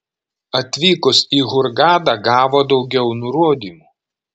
atvykus į hurgadą gavo daugiau nurodymų